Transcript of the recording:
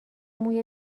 موی